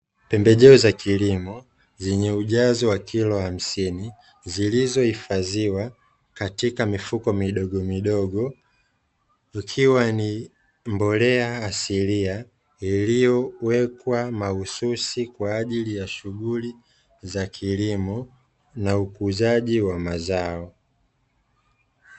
Pembejeo za kilimo zenye ujazo wa kilo hamsini, zilizohifadhiwa katika mifuko midogomidogo, ikiwa ni mbolea asilia iliyowekwa mahususi kwa ajili ya shughuli za kilimo na ukuzaji wa mazao.